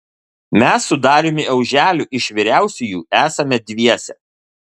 mes su dariumi auželiu iš vyriausiųjų esame dviese